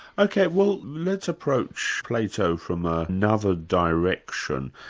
ok, well let's approach plato from ah another direction.